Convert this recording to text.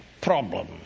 problem